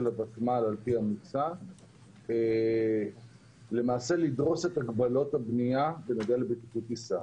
הוותמ"ל על פי המוצע למעשה לדרוס את הגבלות הבנייה בנוגע לבטיחות טיסה.